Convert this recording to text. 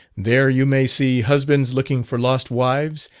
there you may see husbands looking for lost wives,